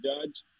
judge